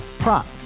Prop